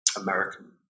American